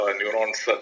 neurons